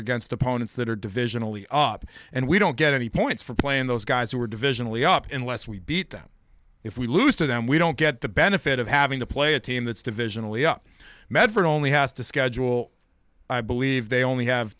against opponents that are divisional the up and we don't get any points for playing those guys who are divisional the up in less we beat them if we lose to them we don't get the benefit of having to play a team that's divisional e up medford only has to schedule i believe they only have